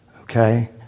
Okay